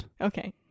Okay